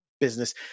business